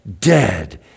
dead